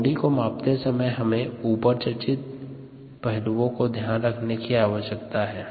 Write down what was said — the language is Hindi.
ओडी को मापते समय हमें ऊपर चर्चित पहलुओं को ध्यान रखने की आवश्यकता है